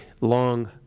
long